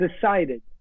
decided